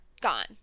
Gone